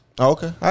Okay